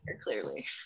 clearly